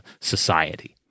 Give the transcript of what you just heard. society